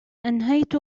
أنهيت